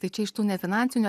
tai čia iš tų nefinansinių